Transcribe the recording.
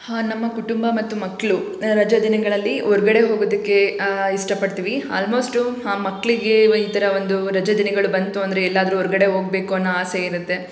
ಹಾಂ ನಮ್ಮ ಕುಟುಂಬ ಮತ್ತು ಮಕ್ಕಳು ರಜಾದಿನಗಳಲ್ಲಿ ಹೊರ್ಗಡೆ ಹೋಗೋದಕ್ಕೆ ಇಷ್ಟಪಡ್ತೀವಿ ಆಲ್ಮೊಸ್ಟು ಆ ಮಕ್ಕಳಿಗೆ ಈ ಥರ ಒಂದು ರಜಾದಿನಗಳು ಬಂತು ಅಂದರೆ ಎಲ್ಲಾದರೂ ಹೊರ್ಗಡೆ ಹೋಗ್ಬೇಕು ಅನ್ನೋ ಆಸೆ ಇರುತ್ತೆ